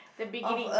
the beginning